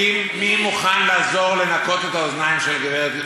מי מוכן לעזור לנקות את האוזניים של הגברת גרמן?